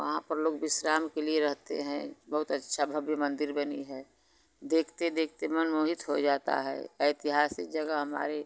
वहाँ पर लोग विश्राम के लिए रहते हैं बहुत अच्छा भव्य मंदिर बनी है देखते देखते मन मोहित हो जाता है ऐतिहासिक जगह हमारे